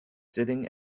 sitting